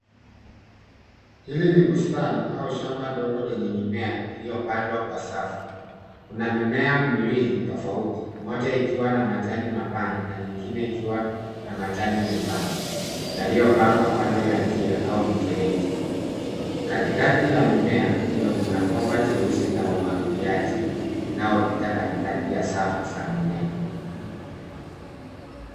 Hili ni bustani au shamba ndogo lenye mimea iliyopandwa kwa safu, kuna mimea miwili tofauti moja ikiwa na majani mapana na nyingine ikiwa na majani membamba yaliyopangwa kando ya njia au mfereji ,katikati ya mimea hiyo kuna bomba cheusi la umwagiliaji linalopita katikati ya safu za mimea.